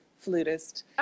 flutist